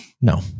No